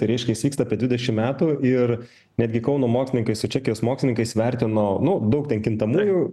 tai reiškia jis vyksta apie dvidešim metų ir netgi kauno mokslininkai su čekijos mokslininkais vertino nu daug ten kintamųjų